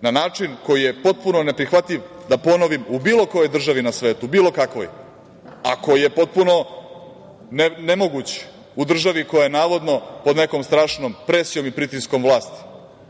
na način koji je potpuno neprihvatljiv, da ponovim, u bilo kojoj državi na svetu, bilo kakvoj, a koji je potpuno nemoguć u državi koja je pod nekom strašnom presijom i pritiskom vlasti. Dakle,